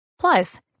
Plus